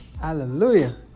Hallelujah